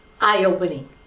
eye-opening